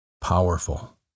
Powerful